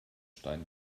stein